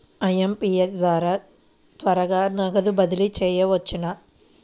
IMPS ద్వారా త్వరగా నగదు బదిలీ చేయవచ్చునా?